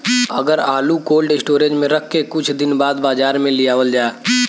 अगर आलू cold storage में रख के कुछ दिन बाद बाजार में लियावल जा?